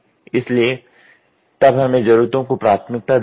इसलिए तब हमें जरूरतों को प्राथमिकता देनी है